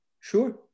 Sure